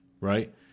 right